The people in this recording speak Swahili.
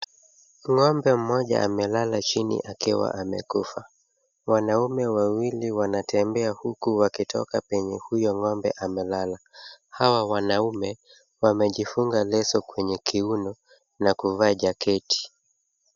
Ng'ombe mmoja amelala chini akiwa amekufa. Wanaume wawili wanatembea huku wakitoka penye huyo ng'ombe amelala. Hawa wanaume wamejifunga leso kwenye kiuno na kuvaa jaketi